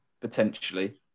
potentially